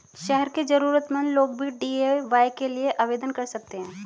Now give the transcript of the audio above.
शहर के जरूरतमंद लोग भी डी.ए.वाय के लिए आवेदन कर सकते हैं